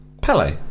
Pele